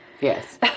Yes